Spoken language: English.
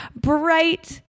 bright